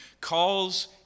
calls